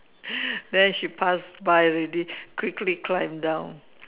then she passed by ready quickly climb down